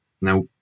now